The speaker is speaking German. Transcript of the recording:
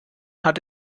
hat